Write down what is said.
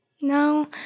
No